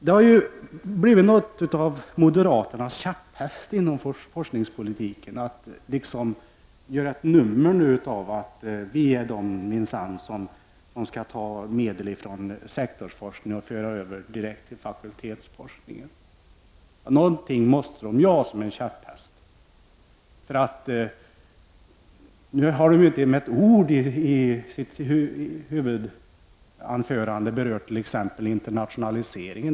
Det har blivit något av moderaternas käpphäst inom forskningspolitiken att göra ett nummer av att moderaterna minsann är de som skall ta medel från sektorsforskningen och föra över direkt till fakultetsforskningen. Någonting måste de ju ha som käpphäst. Nu har de inte med ett ord berört t.ex. internationaliseringen.